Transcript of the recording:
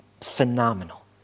phenomenal